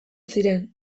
ziren